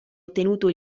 ottenuto